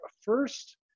first